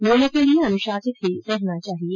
नियमों के लिए अनुशासित ही रहना चाहिए